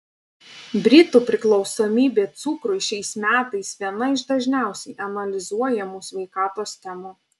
britų priklausomybė cukrui šiais metais viena iš dažniausiai analizuojamų sveikatos temų